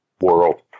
world